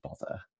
bother